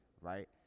right